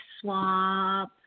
Swap